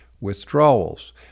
withdrawals